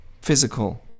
physical